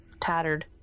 tattered